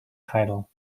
title